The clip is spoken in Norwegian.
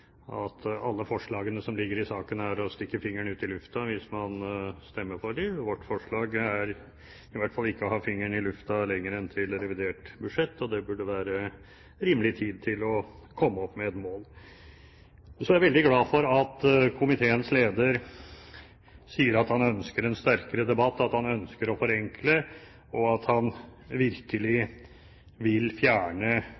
at alle forslagene som ligger i saken, er å stikke fingeren ut i lufta hvis man stemmer for dem. Vårt forslag er i hvert fall ikke å ha fingeren i lufta lenger enn til revidert budsjett, og det burde være rimelig tid til å komme opp med et mål. Så er jeg veldig glad for at komiteens leder sier at han ønsker en sterkere debatt, at han ønsker å forenkle, og at han